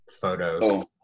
photos